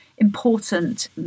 important